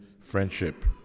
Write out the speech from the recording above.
friendship